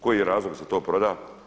Koji je razloga da se to proda?